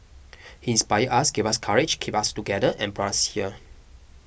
he inspired us gave us courage kept us together and brought us here